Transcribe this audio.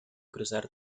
cruzar